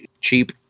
cheap